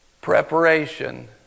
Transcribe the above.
Preparation